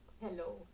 Hello